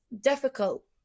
difficult